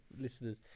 listeners